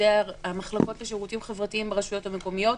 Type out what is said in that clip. לעובדי המחלקות לשירותים חברתיים ברשויות המקומיות,